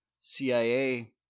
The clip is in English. CIA